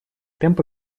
темпы